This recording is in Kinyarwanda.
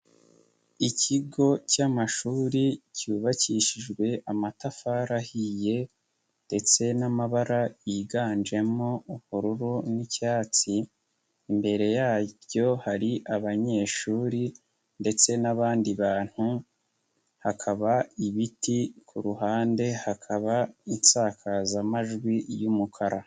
KIkigo cy'amashuri cyubakishijwe amatafarihiye ndetse n'amabara yiganjemo, ubururu n'icyatsi, imbere yaryo hari abanyeshuri ndetse n'abandi bantu, hakaba ibiti, ku ruhande hakaba insakazamajwi y'umukara.